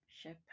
ship